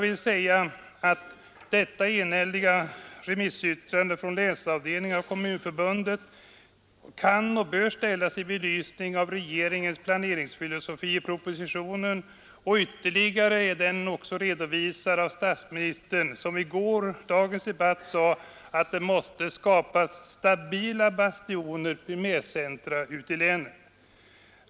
Detta enhälliga remissyttrande från länsavdelningen av Kommunförbundet kan och bör ställas i belysning av regeringens planeringsfilosofi i propositionen, ytterligare redovisad av statsministern som i gårdagens debatt sade att det måste skapas stabila bastioner av primärcentra ute i länen.